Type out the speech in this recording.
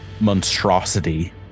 monstrosity